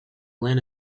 land